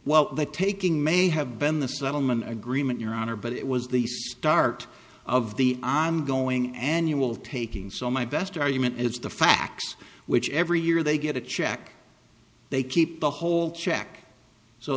the taking may have been the settlement agreement your honor but it was the start of the ongoing annual taking so my best argument it's the facts which every year they get a check they keep the whole check so